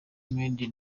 mdee